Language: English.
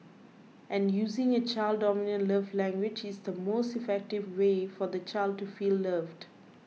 and using a child's dominant love language is the most effective way for the child to feel loved